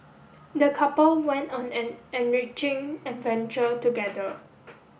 the couple went on an enriching adventure together